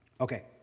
Okay